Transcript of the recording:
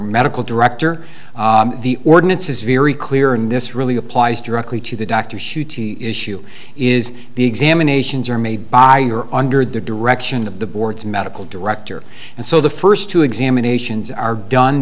medical director the ordinance is very clear and this really applies directly to the doctor shooty issue is the examinations are made by her under the direction of the board's medical director and so the first two examinations are done